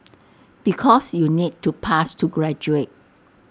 because you need to pass to graduate